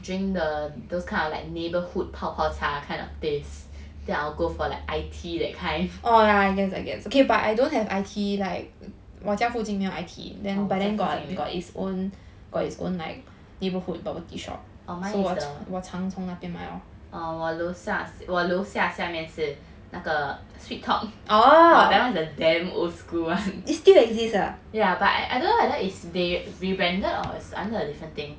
drink the those kind of like neighborhood 泡泡茶 kind of taste then I'll go for like I tea that kind 我家附近没有 mine is the oh 我搂下我楼下下面是那个 Sweet Talk !wah! that one is the damn old school [one] yeah but I don't know whether is they rebranded or it's under a different thing